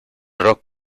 rock